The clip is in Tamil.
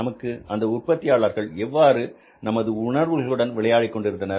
நமக்கு அந்த உற்பத்தியாளர்கள் எவ்வாறு நமது உணர்வுகளுடன் விளையாடிக்கொண்டிருந்தனர்